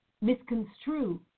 misconstrue